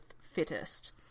fittest